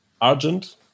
Argent